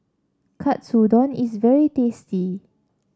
katsudon is very tasty